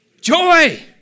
joy